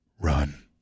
Run